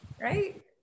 Right